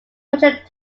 hundred